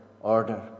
order